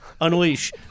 unleash